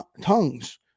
tongues